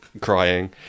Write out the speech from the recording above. crying